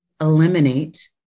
eliminate